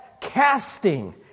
casting